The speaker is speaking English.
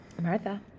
Martha